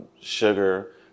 sugar